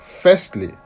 firstly